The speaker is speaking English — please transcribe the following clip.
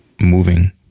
moving